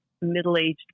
middle-aged